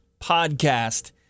podcast